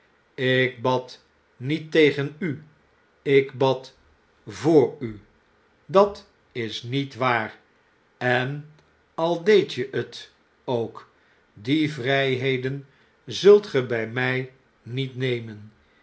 lk bad niet tegen u ik bad vooru da's niet waar en al deedt je t ook die vrpeden zult ge bij mij niet nemen